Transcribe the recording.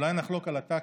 אולי נחלוק על הטקטיקה,